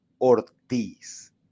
Ortiz